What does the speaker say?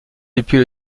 depuis